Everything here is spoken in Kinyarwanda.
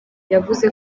yavuze